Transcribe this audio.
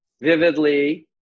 vividly